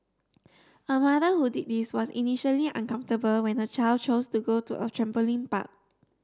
a mother who did this was initially uncomfortable when her child chose to go to a trampoline park